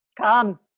Come